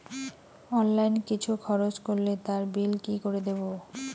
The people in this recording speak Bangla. অনলাইন কিছু খরচ করলে তার বিল কি করে দেবো?